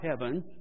heaven